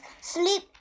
sleep